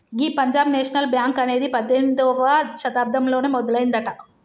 గీ Punjab national bank అనేది పద్దెనిమిదవ శతాబ్దంలోనే మొదలయ్యిందట